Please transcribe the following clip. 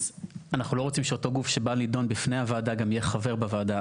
אז אנחנו לא רוצים שאותו גוף שבא לדון בפני הוועדה גם יהי חבר בוועדה,